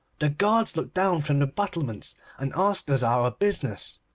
the guards looked down from the battlements and asked us our business.